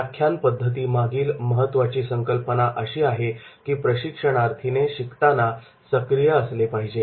व्याख्यानपद्धती मागील महत्त्वाची संकल्पना अशी आहे की प्रशिक्षणार्थीने शिकताना सक्रिय असले पाहिजे